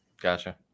Gotcha